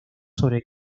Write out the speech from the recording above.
sobre